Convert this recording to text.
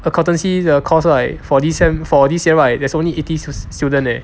accountancy 的 course like for this sem for this year right there's only eighty students leh